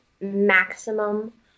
maximum